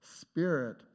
Spirit